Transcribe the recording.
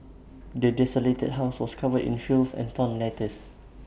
the desolated house was covered in filth and torn letters